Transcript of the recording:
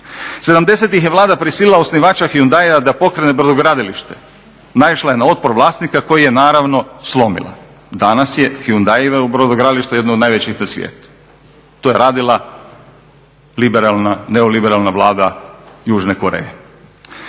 '70-ih je Vlada prisilila osnivača Hyundaia da pokrene brodogradilište, naišla je na otpor vlasnika koji je naravno slomila. Danas je Hyundai brodogradilište jedno od najvećih na svijetu. To je radila neoliberalna Vlada Južne Koreje.